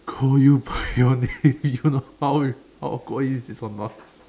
call you by your name you know how how awkward is it or not